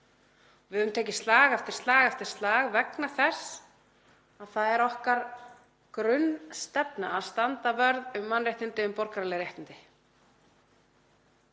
Við höfum tekið slag eftir slag eftir slag vegna þess að það er grunnstefna okkar að standa vörð um mannréttindi, um borgaraleg réttindi.